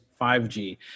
5G